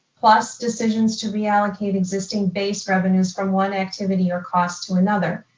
plus decisions to reallocate existing base revenues from one activity or cost to another.